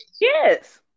Yes